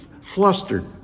flustered